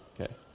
Okay